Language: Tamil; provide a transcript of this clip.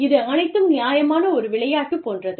இது அனைத்தும் நியாயமான ஒரு விளையாட்டு போன்றது